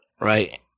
right